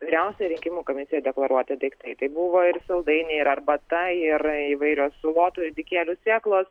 vyriausiojoj rinkimų komisijoj deklaruoti daiktai tai buvo ir saldainiai ir arbata ir įvairios salotų ridikėlių sėklos